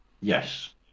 Yes